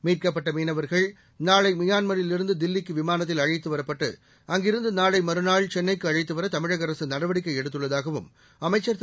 மீட்கப்பட்ட மினவர்கள் நாளை மியான்மரிலிருந்து தில்லிக்கு விமானத்தில் அழைத்து வரப்பட்டு அங்கிருந்து நாளை மறுநாள் சென்னைக்கு அழைத்து வர தமிழக அரசு நடவடிக்கை எடுத்துள்ளதாகவும் அமைச்சர் திரு